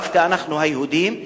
דווקא אנחנו היהודים,